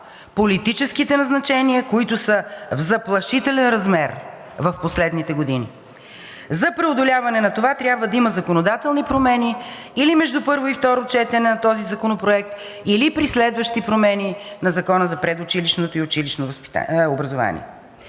политическите назначения, които са в заплашителен размер в последните години. За преодоляване на това трябва да има законодателни промени или между първо и второ четене на този законопроект, или при следващи промени на Закона за предучилищното и училищното образование.